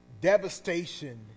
devastation